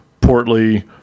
portly